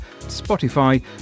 Spotify